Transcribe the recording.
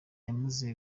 yamaze